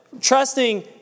Trusting